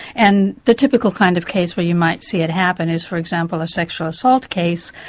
and the typical kind of case where you might see it happen is, for example, a sexual assault case,